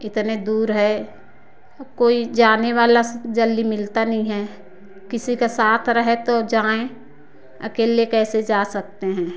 कितनी दूर है कोई जाने वाला स जल्दी मिलता नहीं है किसी का साथ रहे तो जाएँ अकेले कैसे जा सकते हैं